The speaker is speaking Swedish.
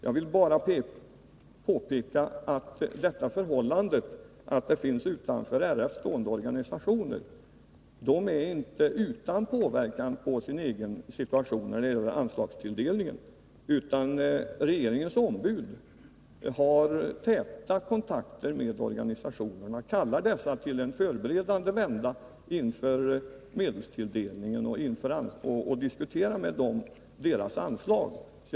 Jag vill bara påpeka att förhållandet att det finns utanför RF stående organisationer inte innebär att de är utan påverkan på sin egen situation när det gäller anslagstilldelningen. Regeringens ombud har täta kontakter med organisationerna. Man kallar representanter för dessa till en förberedande vända inför medelstill 65 5 Riksdagens protokoll 19821/83:33 delningen och diskuterar deras anslag med dem.